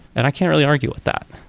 and i can't really argue with that.